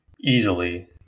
easily